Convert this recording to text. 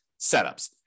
setups